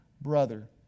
brother